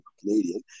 Canadian